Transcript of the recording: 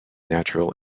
natural